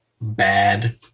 bad